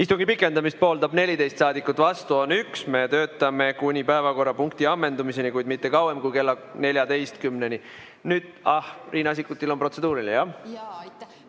Istungi pikendamist pooldab 14 saadikut, vastu on 1, me töötame kuni päevakorrapunkti ammendumiseni, kuid mitte kauem kui kella 14-ni. Nüüd ... Riina Sikkutil on protseduuriline, jah? Istungi